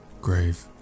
grave